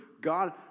God